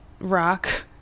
rock